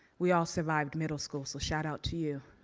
we all survived middle school, so shout out to you.